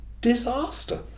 Disaster